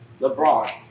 LeBron